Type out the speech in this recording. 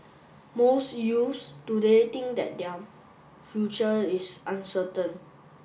most youths today think that their future is uncertain